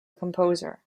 composer